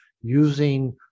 using